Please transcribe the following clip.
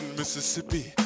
mississippi